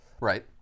Right